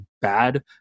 bad